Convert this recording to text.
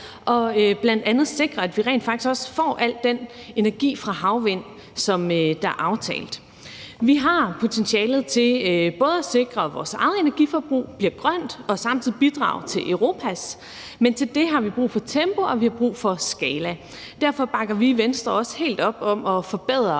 og bl.a. sikre, at vi rent faktisk også får al den energi fra havvind, der er aftalt. Vi har både potentialet til at sikre, at vores eget energiforbrug bliver grønt og samtidig bidrage til Europas, men til det har vi brug for tempo, og vi har brug for skala. Derfor bakker vi i Venstre også helt op om at forbedre